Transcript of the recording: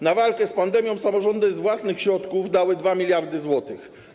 Na walkę z pandemią samorządy z własnych środków dały 2 mld zł.